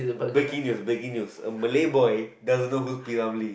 breaking news breaking news a Malay boy doesn't know who is P-Ramlee